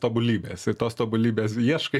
tobulybės ir tos tobulybės ieškai